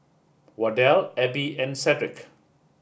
Wardell Abbey and Cedric